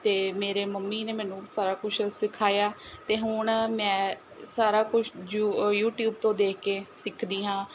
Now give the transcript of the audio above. ਅਤੇ ਮੇਰੇ ਮੰਮੀ ਨੇ ਮੈਨੂੰ ਸਾਰਾ ਕੁਛ ਸਿਖਾਇਆ ਅਤੇ ਹੁਣ ਮੈਂ ਸਾਰਾ ਕੁਛ ਯੂ ਯੂਟਿਊਬ ਤੋਂ ਦੇਖ ਕੇ ਸਿੱਖਦੀ ਹਾਂ